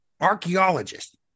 archaeologist